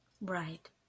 Right